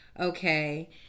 Okay